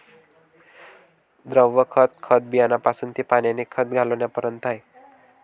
द्रव खत, खत बियाण्यापासून ते पाण्याने खत घालण्यापर्यंत आहे